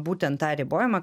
būtent tą ribojimą